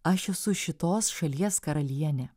aš esu šitos šalies karalienė